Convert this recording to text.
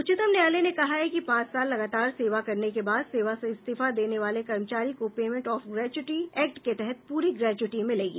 उच्चतम न्यायालय ने कहा है कि पांच साल लगातार सेवा करने के बाद सेवा से इस्तीफा देने वाले कर्मचारी को पेमेंट ऑफ ग्रेज्यूटी एक्ट के तहत पूरी ग्रेज्यूटी मिलेगी